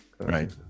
Right